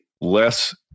less